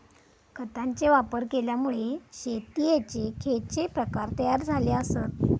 खतांचे वापर केल्यामुळे शेतीयेचे खैचे प्रकार तयार झाले आसत?